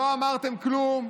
לא אמרתם כלום,